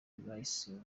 bayise